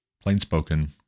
plain-spoken